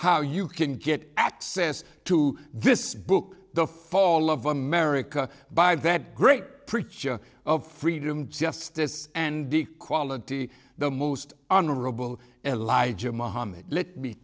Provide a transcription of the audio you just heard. how you can get access to this book the fall of america by that great preacher of freedom justice and equality the most honorable